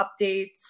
updates